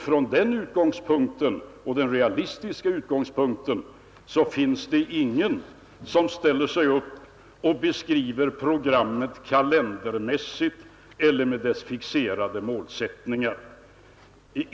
Från den realistiska utgångspunkten finns det ingen som beskriver programmet kalendermässigt eller med fixerade målsättningar.